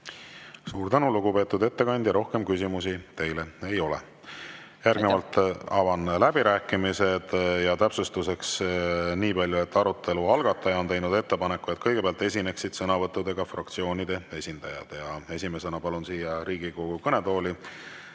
Suur tänu, lugupeetud ettekandja! Rohkem küsimusi teile ei ole. Järgnevalt avan läbirääkimised. Täpsustuseks ütlen nii palju, et arutelu algataja on teinud ettepaneku, et kõigepealt esineksid sõnavõttudega fraktsioonide esindajad. Esimesena palun siia Riigikogu kõnetooli